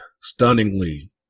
stunningly